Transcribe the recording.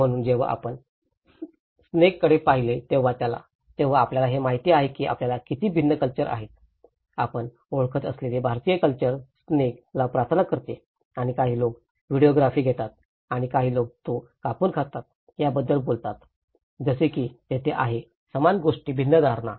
म्हणूनच जेव्हा आपण स्नेक कडे पाहिले तेव्हा आपल्याला हे माहित आहे की आपल्याला किती भिन्न कल्चर आहेत आपण ओळखत असलेली भारतीय कल्चर स्नेक ला प्रार्थना करते आणि काही लोक व्हिडीओग्राफी घेतात आणि काही लोक तो कापून खातात याबद्दल बोलतात जसे की तिथे आहे समान गोष्ट भिन्न धारणा